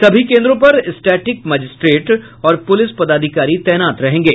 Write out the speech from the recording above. सभी केन्द्रों पर स्टैटिक मजिस्ट्रेट और पुलिस पदाधिकारी तैनात रहेंगे